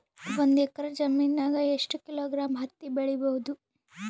ಒಂದ್ ಎಕ್ಕರ ಜಮೀನಗ ಎಷ್ಟು ಕಿಲೋಗ್ರಾಂ ಹತ್ತಿ ಬೆಳಿ ಬಹುದು?